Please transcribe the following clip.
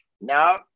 No